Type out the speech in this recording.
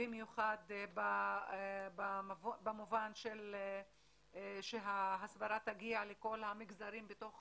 במיוחד במובן שההסברה תגיע לכול המגזרים בתוך